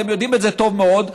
אתם יודעים את זה טוב מאוד.